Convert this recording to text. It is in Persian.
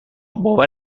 باور